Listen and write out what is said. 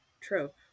trope